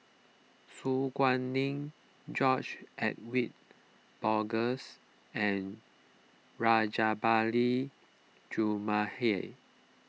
Su Guaning George Edwin Bogaars and Rajabali Jumabhoy